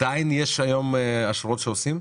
עדיין יש היום אשרות שעושים?